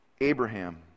Abraham